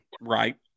right